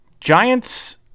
Giants